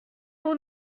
pour